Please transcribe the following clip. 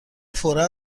فورا